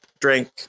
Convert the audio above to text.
Drink